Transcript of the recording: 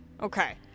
Okay